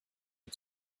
you